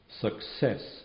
success